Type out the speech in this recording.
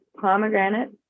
pomegranate